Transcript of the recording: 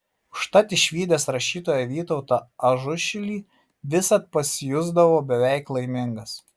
užtat išvydęs rašytoją vytautą ažušilį visad pasijusdavo beveik laimingas